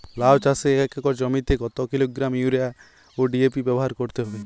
লাউ চাষে এক একর জমিতে কত কিলোগ্রাম ইউরিয়া ও ডি.এ.পি ব্যবহার করতে হবে?